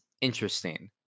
interesting